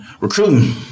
recruiting